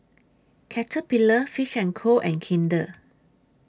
Caterpillar Fish and Co and Kinder